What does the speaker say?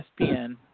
ESPN